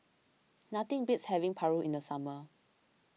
nothing beats having Paru in the summer